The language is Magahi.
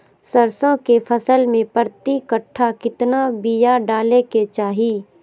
सरसों के फसल में प्रति कट्ठा कितना बिया डाले के चाही?